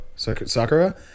Sakura